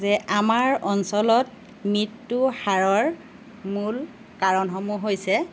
যে আমাৰ অঞ্চলত মৃত্যু হাৰৰ মূল কাৰণসমূহ হৈছে